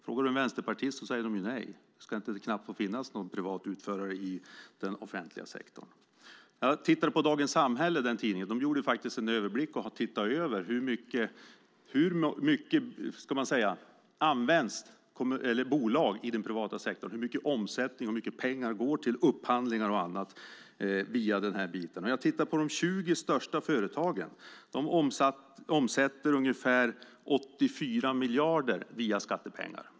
Frågar du vänsterpartister säger de nej - det ska knappt få finnas någon privat utförare i den offentliga sektorn. Jag tittade i tidningen Dagens Samhälle, där man har gjort en överblick och tittat på bolag i den privata sektorn, hur mycket omsättning och pengar som går till upphandlingar och annat via den här biten. De 20 största företagen omsätter ungefär 84 miljarder via skattepengar.